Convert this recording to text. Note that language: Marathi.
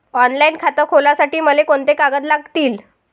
ऑनलाईन खातं खोलासाठी मले कोंते कागद लागतील?